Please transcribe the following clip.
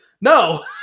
no